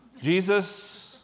Jesus